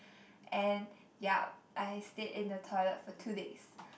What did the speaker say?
and yup I stayed in the toilet for two days